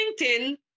LinkedIn